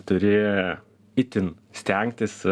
turi itin stengtis